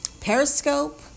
Periscope